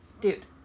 Dude